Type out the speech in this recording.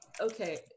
Okay